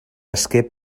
esquer